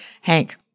Hank